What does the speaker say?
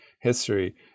history